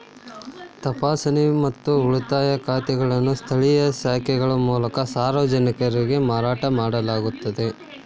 ತಪಾಸಣೆ ಮತ್ತು ಉಳಿತಾಯ ಖಾತೆಗಳನ್ನು ಸ್ಥಳೇಯ ಶಾಖೆಗಳ ಮೂಲಕ ಸಾರ್ವಜನಿಕರಿಗೆ ಮಾರಾಟ ಮಾಡಲಾಗುತ್ತದ